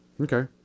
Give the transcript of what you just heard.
Okay